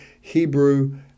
Hebrew